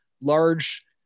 large